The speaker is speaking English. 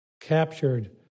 captured